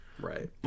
Right